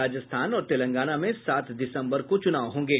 राजस्थान और तेलंगाना में सात दिसंबर को चुनाव होंगे